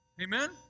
Amen